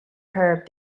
herb